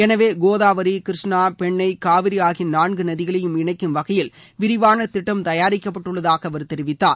எனவே கோதாவரி கிரஷ்ணா பெண்ணை காவிரி ஆகிய நான்கு நதிகளையும் இணைக்கும் வகையில் விரிவான திட்டம் தயாரிக்கப்பட்டுள்ளதாக அவர் தெரிவித்தார்